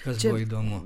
tas buvo įdomu